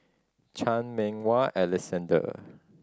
Chan Meng Wah Alexander